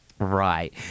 Right